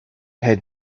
had